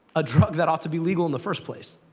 a drug that ought to be legal in the first place,